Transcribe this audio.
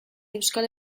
euskal